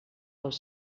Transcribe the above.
els